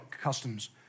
customs